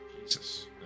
Jesus